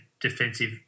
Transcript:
defensive